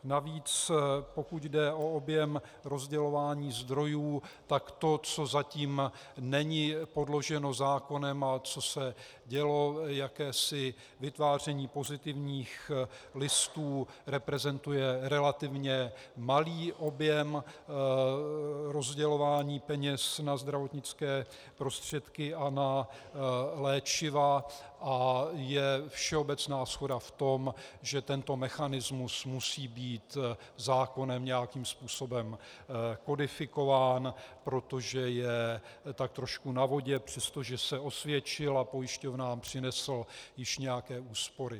Navíc pokud jde o objem rozdělování zdrojů, tak to, co zatím není podloženo zákonem a co se dělo, jakési vytváření pozitivních listů, reprezentuje relativně malý objem rozdělování peněz na zdravotnické prostředky a na léčiva a je všeobecná shoda v tom, že tento mechanismus musí být zákonem nějakým způsobem kodifikován, protože je tak trošku na vodě, přestože se osvědčil a pojišťovnám přinesl již nějaké úspory.